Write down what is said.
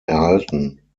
erhalten